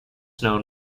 known